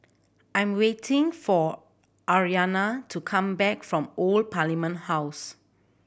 I am waiting for Aryanna to come back from Old Parliament House